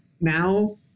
now